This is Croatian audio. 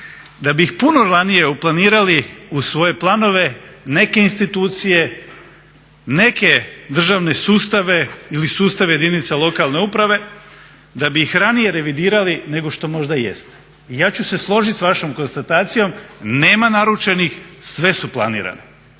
da bi ih puno ranije uplanirali u svoje planove neke institucije, neke državne sustave ili sustav jedinica lokalne uprave, da bi ih ranije revidirali nego što možda i jeste. I ja ću se složiti sa vašom konstatacijom. Nema naručenih, sve su planirani.